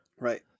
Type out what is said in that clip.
right